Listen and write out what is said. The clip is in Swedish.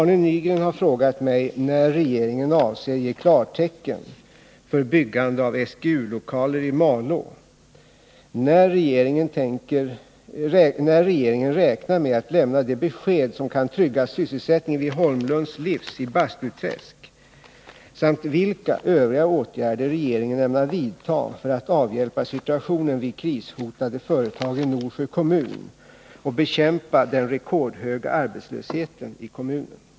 Arne Nygren har frågat mig när regeringen avser ge klartecken för byggande av SGU-lokaler i Malå, när regeringen räknar med att lämna det besked som kan trygga sysselsättningen vid Holmlunds Livs i Bastuträsk samt vilka övriga åtgärder regeringen ämnar vidta för att avhjälpa situationen vid krishotade företag i Norsjö kommun och bekämpa den rekordhöga arbetslösheten i kommunen.